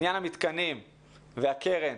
עניין המתקנים והקרן